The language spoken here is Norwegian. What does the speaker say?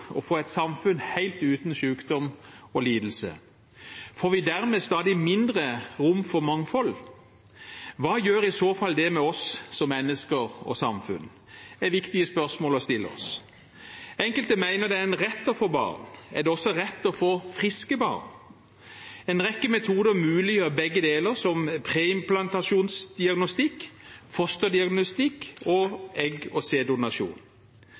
å få et samfunn helt uten sykdom og lidelse. Får vi dermed stadig mindre rom for mangfold? Hva gjør i så fall det med oss som mennesker og samfunn? Det er viktige spørsmål å stille seg. Enkelte mener det er en rett å få barn. Er det også en rett å få friske barn? En rekke metoder muliggjør begge deler, som preimplantasjonsdiagnostikk, fosterdiagnostikk og egg- og